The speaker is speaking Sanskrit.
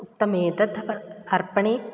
उक्तमेतत् तप् अर्पणे